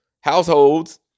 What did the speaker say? households